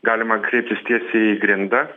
galima kreiptis tiesiai į grindą